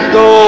go